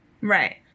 Right